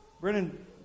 Brennan